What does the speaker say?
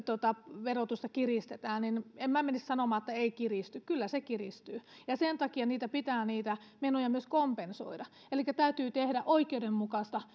verotusta kiristetään en minä mene sanomaan sille joka sillä öljyllä lämmittää että ei kiristy kyllä se kiristyy ja sen takia niitä menoja pitää myös kompensoida elikkä täytyy tehdä oikeudenmukaista